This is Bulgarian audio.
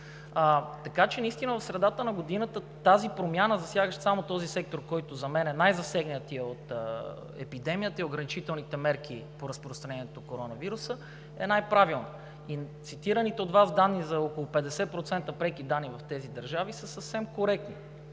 Така че в средата на годината промяната, засягаща само този сектор, който за мен е най-засегнатият от епидемията и ограничителните мерки по разпространението на коронавируса, е най-правилна. Цитираните от Вас данни за около 50% преки данъци в тези държави са съвсем коректни